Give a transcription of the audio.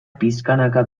pixkanaka